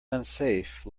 unsafe